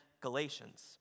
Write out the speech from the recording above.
Galatians